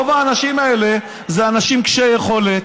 רוב האנשים האלה הם אנשים קשי יכולת,